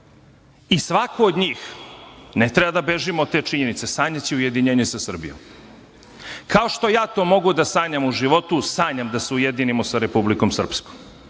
i svako od njih, ne treba da bežimo od te činjenice, sanjaće ujedinjenje sa Srbijom. Kao što ja to mogu da sanjam u životu, sanjam da se ujedinimo sa Republikom Srpskom.